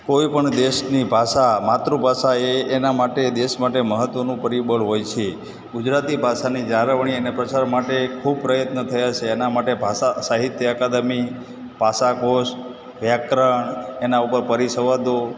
કોઈપણ દેશની ભાષા માતૃભાષા એ એના માટે દેશ માટે મહત્ત્વનું પરિબળ હોય છે ગુજરાતી ભાષાની જાળવણી અને પ્રચાર માટે ખૂબ પ્રયત્ન થયા છે એના માટે ભાષા સાહિત્ય અકાદમી ભાષા કોશ વ્યાકરણ એના ઉપર પરિસંવાદો